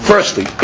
Firstly